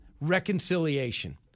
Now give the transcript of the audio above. Reconciliation